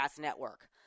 network